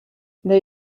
their